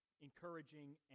encouraging